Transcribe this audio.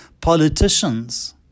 politicians